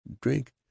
drink